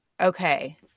Okay